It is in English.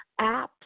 apps